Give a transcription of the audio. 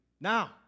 Now